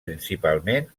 principalment